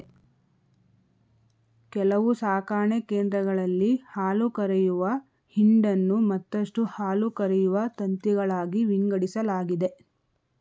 ಕೆಲವು ಸಾಕಣೆ ಕೇಂದ್ರಗಳಲ್ಲಿ ಹಾಲುಕರೆಯುವ ಹಿಂಡನ್ನು ಮತ್ತಷ್ಟು ಹಾಲುಕರೆಯುವ ತಂತಿಗಳಾಗಿ ವಿಂಗಡಿಸಲಾಗಿದೆ